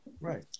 right